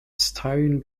stone